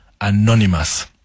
Anonymous